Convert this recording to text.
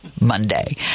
Monday